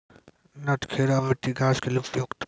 नटखेरा मिट्टी घास के लिए उपयुक्त?